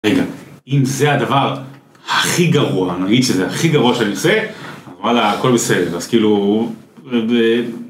רגע, אם זה הדבר הכי גרוע, נגיד שזה הכי גרוע שאני עושה, אבל הכל בסדר, אז כאילו...